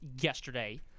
yesterday